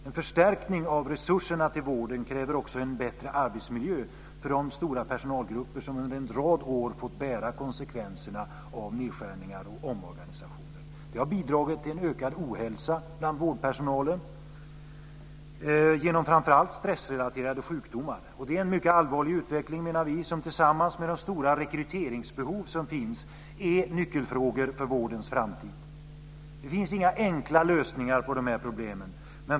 En förstärkning av resurserna till vården kräver också en bättre arbetsmiljö för de stora personalgrupper som under en rad år fått bära konsekvenserna av nedskärningar och omorganisationer. Detta har bidragit till en ökad ohälsa bland vårdpersonalen genom framför allt stressrelaterade sjukdomar. Det, menar vi, är en mycket allvarlig utveckling. Tillsammans med det stora rekryteringsbehov som finns är detta nyckelfrågor för vårdens framtid. Det finns inga enkla lösningar på de här problemen.